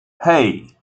hey